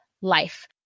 life